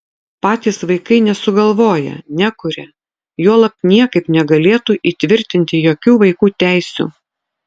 patys vaikai nesugalvoja nekuria juolab niekaip negalėtų įtvirtinti jokių vaikų teisių